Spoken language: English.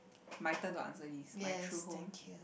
my turn to answer this my true home